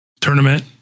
tournament